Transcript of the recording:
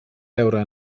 veure